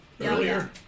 earlier